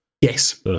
yes